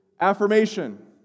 affirmation